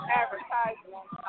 advertisement